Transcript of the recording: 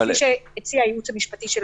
כפי שהציע הייעוץ המשפטי של הוועדה.